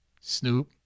Snoop